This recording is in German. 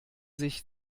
sich